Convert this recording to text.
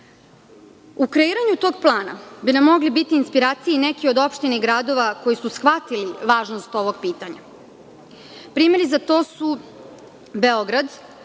kreiranju tog plana bi nam mogle biti od inspiracije i neke od opština i gradova koji su shvatili važnost ovog pitanja. Primeri za to su Beograd